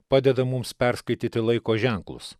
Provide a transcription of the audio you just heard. padeda mums perskaityti laiko ženklus